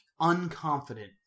unconfident